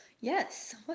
yes